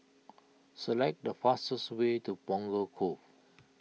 select the fastest way to Punggol Cove